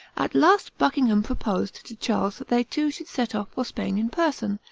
at last buckingham proposed to charles that they two should set off for spain in person,